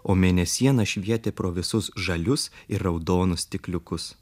o mėnesiena švietė pro visus žalius ir raudonus stikliukus